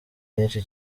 nyinshi